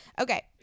Okay